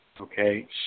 Okay